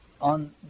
on